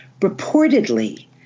Reportedly